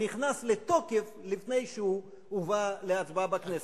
הוא נכנס לתוקף לפני שהוא הובא להצבעה בכנסת,